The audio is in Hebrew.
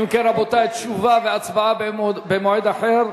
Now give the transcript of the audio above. אם כן, רבותי, תשובה והצבעה במועד אחר.